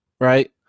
Right